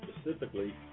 specifically